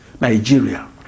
Nigeria